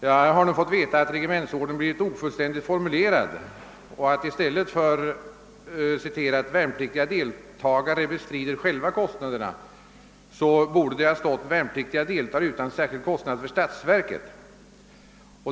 Jag har nu fått veta att regementsordern blivit ofullständigt formulerad och att det i stället för formuleringen »vpl deltagare bestrider själva kostnaderna» borde ha stått »vpl deltar utan särskild kostnad för statsverket».